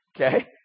Okay